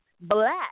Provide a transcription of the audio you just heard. black